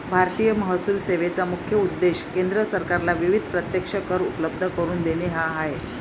भारतीय महसूल सेवेचा मुख्य उद्देश केंद्र सरकारला विविध प्रत्यक्ष कर उपलब्ध करून देणे हा आहे